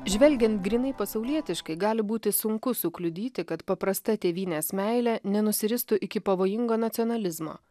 žvelgiant grynai pasaulietiškai gali būti sunku sukliudyti kad paprasta tėvynės meilė nenusiristų iki pavojingo nacionalizmo